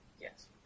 Yes